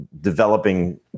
developing